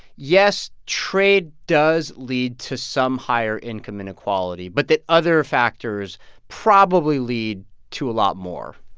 yes, trade does lead to some higher income inequality but that other factors probably lead to a lot more?